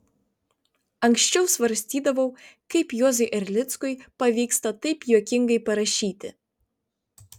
anksčiau svarstydavau kaip juozui erlickui pavyksta taip juokingai parašyti